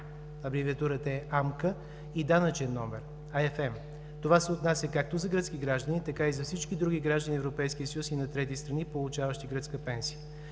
абревиатурата е АМКА, и данъчен номер АФМ. Това се отнася както за гръцки граждани, така и за всички други граждани на Европейския съюз и на трети страни, получаващи гръцка пенсия.